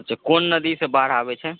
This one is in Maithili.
क़ोन नदीसॅं बाढि आबै छै